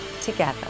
together